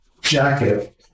jacket